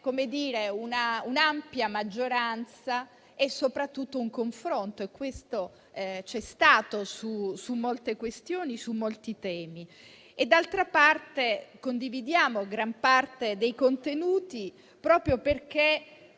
avere un'ampia maggioranza e soprattutto un confronto, che c'è stato su molte questioni e su molti temi. D'altra parte, condividiamo gran parte dei contenuti del testo